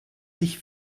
sich